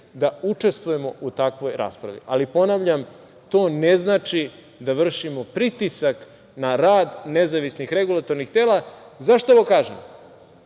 da učestvujemo u takvoj raspravi. Ponavljam, to ne znači da vršimo pritisak na rad nezavisnih regulatornih tela. Zašto ovo kažem?